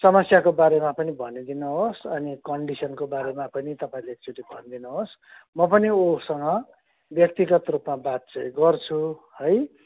समस्याको बारेमा पनि भनिदिनुहोस् अनि कन्डिसनको बारेमा पनि तपाईँले एकचोटि भनिदिनुहोस् म पनि उसँग व्यक्तिगत रूपमा बात चाहिँ गर्छु है